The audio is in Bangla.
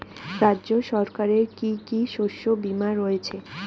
রাজ্য সরকারের কি কি শস্য বিমা রয়েছে?